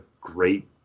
great